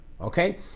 Okay